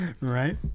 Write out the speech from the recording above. Right